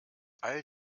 all